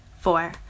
Four